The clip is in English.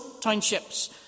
townships